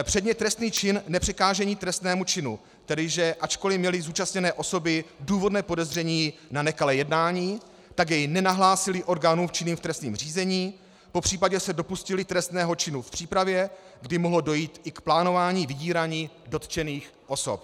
Předně trestný čin nepřekážení trestnému činu, tedy že ačkoliv měly zúčastněné osoby důvodné podezření na nekalé jednání, tak jej nenahlásily orgánům činným v trestním řízení, popřípadě se dopustily trestného činu v přípravě, kdy mohlo dojít k plánování vydírání dotčených osob.